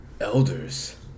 elders